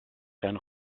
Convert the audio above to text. sein